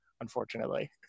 unfortunately